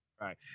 Right